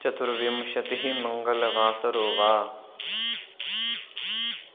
चतुर्विंशतिः मङ्गलवासरो वा